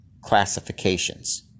classifications